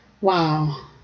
Wow